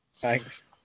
thanks